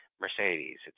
Mercedes